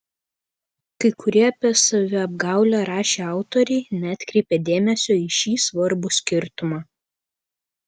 kai kurie apie saviapgaulę rašę autoriai neatkreipė dėmesio į šį svarbų skirtumą